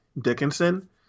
Dickinson